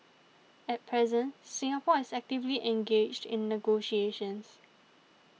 at present Singapore is actively engaged in negotiations